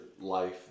life